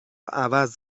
عوض